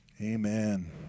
Amen